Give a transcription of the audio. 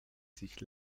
sich